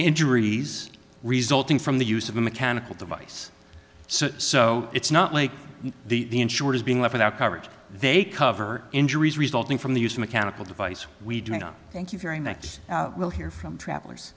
injuries resulting from the use of a mechanical device so it's not like the insured is being left without coverage they cover injuries resulting from the use of mechanical device we do not thank you very next we'll hear from travelers